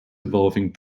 evolving